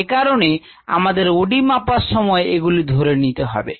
এ কারণে আমাদের ওডি মাপার সময় এগুলি ধরে নিতে হবে